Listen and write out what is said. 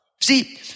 See